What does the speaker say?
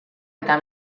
eta